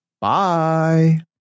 Bye